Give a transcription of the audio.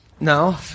no